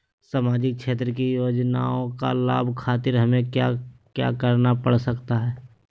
सामाजिक क्षेत्र की योजनाओं का लाभ खातिर हमें क्या क्या करना पड़ सकता है?